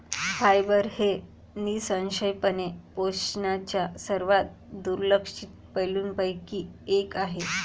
fibre हे निःसंशयपणे पोषणाच्या सर्वात दुर्लक्षित पैलूंपैकी एक आहे